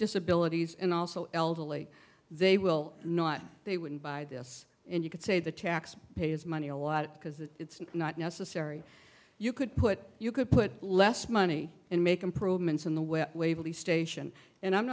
disabilities and also elderly they will not they wouldn't buy this and you could say the tax payers money a lot because it's not necessary you could put you could put less money and make improvements in the wet waverley station and i'm